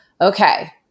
Okay